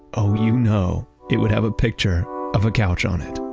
oh, you know it would have a picture of a couch on it